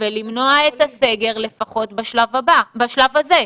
ולמנוע את הסגר לפחות בשלב הזה?